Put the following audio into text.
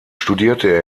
studierte